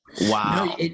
Wow